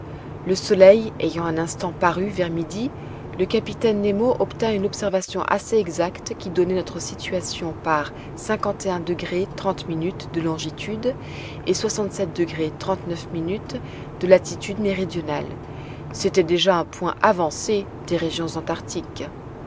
le soleil ayant un instant paru vers midi le capitaine nemo obtint une observation assez exacte qui donnait notre situation par de longitude et de latitude méridionale c'était déjà un point avancé des régions antarctiques